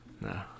No